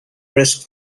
risk